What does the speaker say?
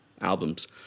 albums